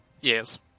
Yes